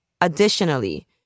Additionally